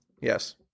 Yes